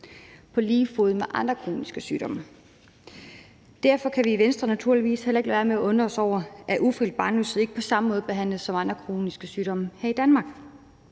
på lige fod med andre kroniske sygdomme. Derfor kan vi i Venstre naturligvis heller ikke lade være med at undre os over, at ufrivillig barnløshed ikke behandles på samme måde som andre kroniske sygdomme her i Danmark.